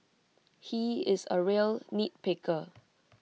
he is A real nitpicker